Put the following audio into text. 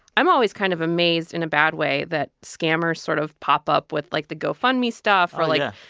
i'm always kind of amazed in a bad way that scammers sort of pop up with, like, the go fund me stuff. or like.